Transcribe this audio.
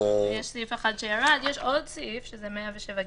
ואיחד הרבה חוקי עזר ישנים נושנים מהמאה הקודמת.